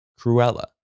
Cruella